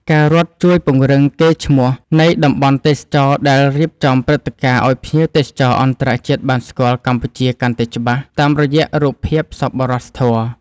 ការរត់ជួយពង្រឹងកេរ្តិ៍ឈ្មោះនៃតំបន់ទេសចរណ៍ដែលរៀបចំព្រឹត្តិការណ៍ឱ្យភ្ញៀវទេសចរអន្តរជាតិបានស្គាល់កម្ពុជាកាន់តែច្បាស់តាមរយៈរូបភាពសប្បុរសធម៌។